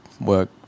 work